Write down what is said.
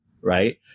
Right